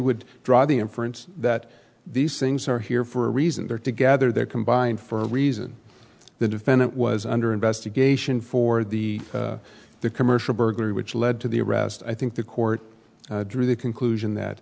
would draw the inference that these things are here for a reason they're to gather their combined for a reason the defendant was under investigation for the commercial burglary which led to the arrest i think the court drew the conclusion that